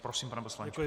Prosím, pane poslanče.